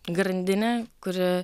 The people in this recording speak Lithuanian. grandinė kuri